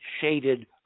shaded